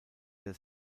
der